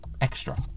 extra